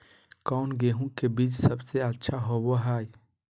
कौन गेंहू के बीज सबेसे अच्छा होबो हाय?